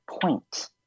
point